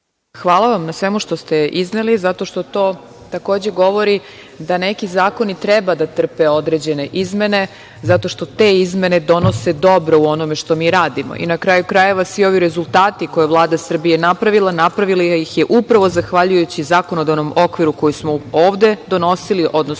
Hvala vam na svemu što ste izneli zato što to takođe govori da neki zakoni treba da trpe određene izmene zato što te izmene donose dobro u onome što mi radimo. Na kraju krajeva svi ovi rezultati koje je Vlada Srbije napravila, napravila ih je upravo zahvaljujući zakonodavnom okviru koji smo ovde donosili, odnosno usvajali